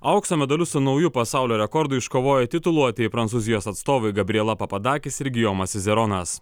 aukso medaliu su nauju pasaulio rekordu iškovojo tituluoti prancūzijos atstovai gabriela papadakis ir gijomas sizeronas